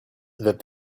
that